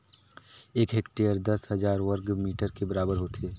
एक हेक्टेयर दस हजार वर्ग मीटर के बराबर होथे